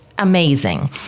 Amazing